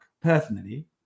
personally